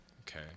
okay